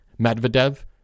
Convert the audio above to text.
Medvedev